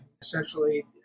essentially